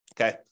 Okay